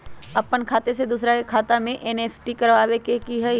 अपन खाते से दूसरा के खाता में एन.ई.एफ.टी करवावे के हई?